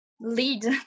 Lead